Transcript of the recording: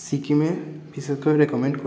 সিকিমে বিশেষ করে রেকমেণ্ড